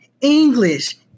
English